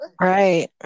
right